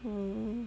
oh